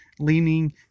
leaning